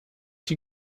die